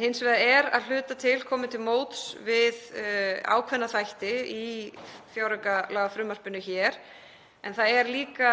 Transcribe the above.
Hins vegar er að hluta til komið til móts við ákveðna þætti í fjáraukalagafrumvarpinu hér en það er líka